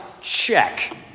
Check